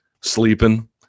sleeping